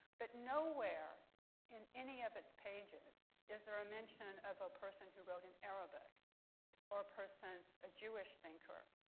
but nowhere in any of its pages is there a mention of a person who wrote in arabic or a person a jewish thinker,